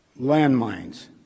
landmines